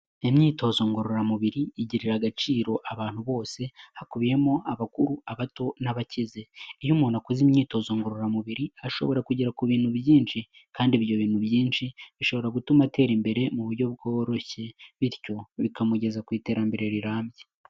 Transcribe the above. Imyitozo ngorora mubiri igirira agaciro abantu bose, hakubiyemo abakuru abato n'abakize. Iyo umuntu akoze imyitozo ngororamubiriri, ashobora kugira ibintu byinshi, kandi ibyo bintu byinshi bishobora gutuma atera imbere mu buryo bworoshye bityo bikamugeza ku iterambere rirambye.